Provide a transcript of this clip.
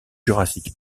jurassique